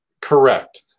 Correct